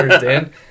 Dan